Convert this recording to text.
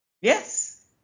Yes